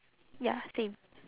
ya same